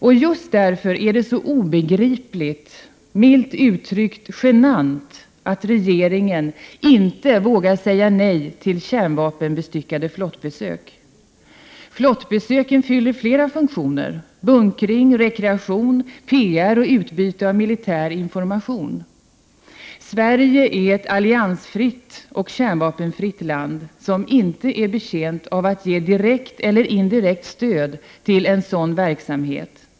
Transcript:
Och just därför är det så obegripligt och, milt uttryckt, genant att regeringen inte vågar säga nej till kärnvapenbestyckade flottbesök. Flottbesöken fyller flera funktioner: bunkring, rekreation, PR och utbyte av militär information. Sverige är ett alliansfritt och kärnvapenfritt land som inte är betjänt av att ge direkt eller indirekt stöd till en sådan verksamhet.